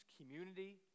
community